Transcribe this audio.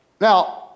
Now